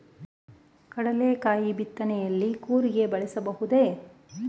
ಕಡ್ಲೆಕಾಯಿ ಬಿತ್ತನೆಯಲ್ಲಿ ಕೂರಿಗೆ ಬಳಸಬಹುದೇ?